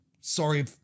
Sorry